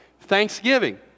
Thanksgiving